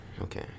Okay